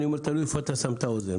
אני אומר תלוי איפה אתה שם את האוזן.